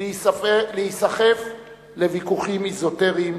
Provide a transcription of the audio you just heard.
להיסחף לוויכוחים אזוטריים